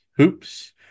Oops